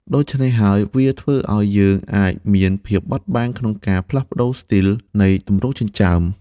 ដូច្នេះហើយ វាធ្វើអោយយើងអាចមានភាពបត់បែនក្នុងការផ្លាស់ប្តូរស្ទីលនៃទម្រង់ចិញ្ចើម។